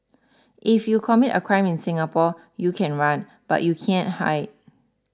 if you commit a crime in Singapore you can run but you can't hide